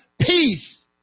peace